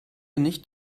nicht